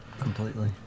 completely